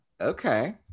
okay